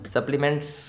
Supplements